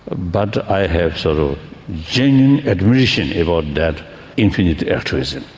but i have so genuine admiration about that infinite altruism.